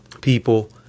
people